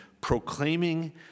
proclaiming